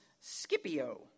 Scipio